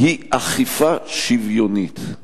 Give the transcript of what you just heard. היא אכיפה שוויונית.